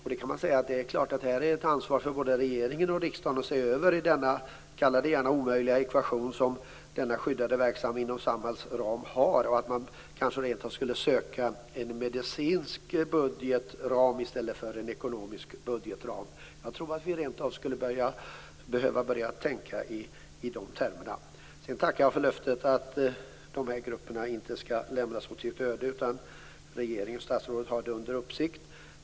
Visst kan man säga att det är ett ansvar för både regering och riksdag att hyfsa den snart sagt omöjliga ekvation som den skyddade verksamheten inom Samhall utgör. Kanske skulle vi rent av söka lösningar inom en medicinsk budgetram i stället för inom en ekonomisk budgetram. Jag tror att vi skulle behöva börja tänka i de termerna. Jag tackar för löftet att de här grupperna inte skall lämnas åt sitt öde, utan statsrådet och regeringen skall ha dem under uppsikt.